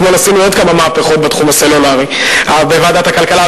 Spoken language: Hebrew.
אתמול עשינו עוד כמה מהפכות בתחום הסלולרי בוועדת הכלכלה.